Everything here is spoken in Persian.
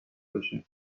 باشه